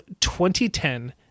2010